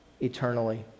eternally